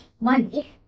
money